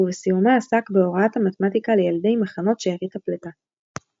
ובסיומה עסק בהוראת המתמטיקה לילדי מחנות שארית הפליטה.